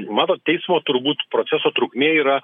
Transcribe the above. matot teismo turbūt proceso trukmė yra